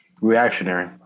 reactionary